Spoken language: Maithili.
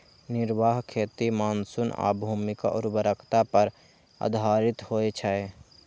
निर्वाह खेती मानसून आ भूमिक उर्वरता पर आधारित होइ छै